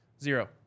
Zero